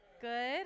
Good